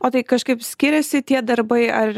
o tai kažkaip skiriasi tie darbai ar